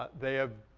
they have,